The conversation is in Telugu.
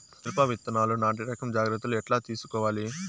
మిరప విత్తనాలు నాటి రకం జాగ్రత్తలు ఎట్లా తీసుకోవాలి?